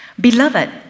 Beloved